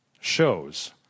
shows